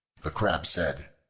the crab said,